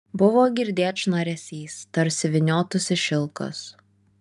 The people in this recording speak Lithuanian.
buvo girdėt šnaresys tarsi vyniotųsi šilkas